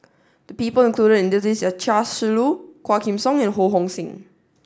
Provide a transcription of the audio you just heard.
the people included in the list are Chia Shi Lu Quah Kim Song and Ho Hong Sing